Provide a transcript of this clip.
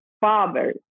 Fathers